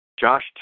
Josh